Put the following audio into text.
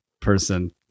person